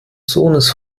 sohnes